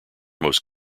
most